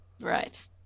Right